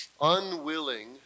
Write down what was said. unwilling